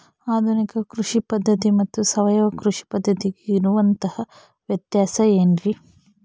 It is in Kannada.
ಆಧುನಿಕ ಕೃಷಿ ಪದ್ಧತಿ ಮತ್ತು ಸಾವಯವ ಕೃಷಿ ಪದ್ಧತಿಗೆ ಇರುವಂತಂಹ ವ್ಯತ್ಯಾಸ ಏನ್ರಿ?